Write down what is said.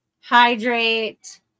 hydrate